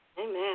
Amen